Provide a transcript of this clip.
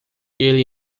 ele